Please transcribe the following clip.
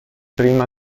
prima